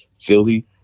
Philly